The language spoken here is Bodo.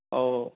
औ औ